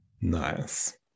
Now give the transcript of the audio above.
Nice